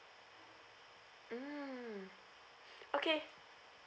mm okay